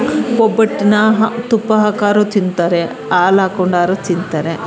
ಒಬ್ಬಟ್ಟನ್ನು ತುಪ್ಪ ಹಾಕಾದ್ರೂ ತಿಂತಾರೆ ಆಲ್ ಹಾಕೊಂಡಾದ್ರೂ ತಿಂತಾರೆ